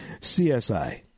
CSI